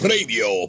Radio